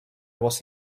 was